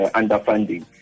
underfunding